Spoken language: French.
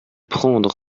prendre